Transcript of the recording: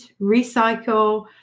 recycle